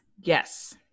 Yes